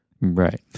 Right